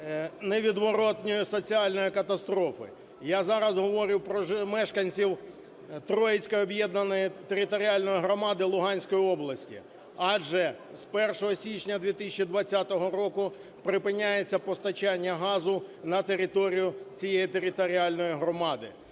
невідворотної соціальної катастрофи. Я зараз говорю про мешканців Троїцької об'єднаної територіальної громади Луганської області. Адже з 1 січня 2020 року припиняється постачання газу на територію цієї територіальної громади,